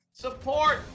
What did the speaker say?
Support